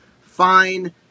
fine